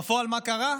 בפועל מה קרה?